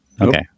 okay